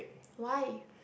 why